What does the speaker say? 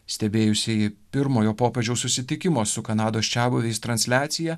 stebėjusieji pirmojo popiežiaus susitikimo su kanados čiabuviais transliaciją